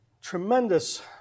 tremendous